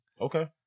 Okay